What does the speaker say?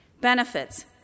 benefits